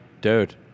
Dude